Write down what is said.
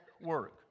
work